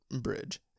bridge